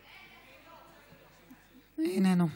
איננו.